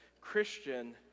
Christian